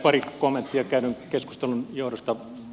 pari kommenttia käydyn keskustelun johdosta